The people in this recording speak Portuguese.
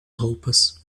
roupas